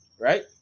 right